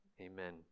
Amen